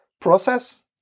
process